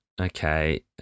okay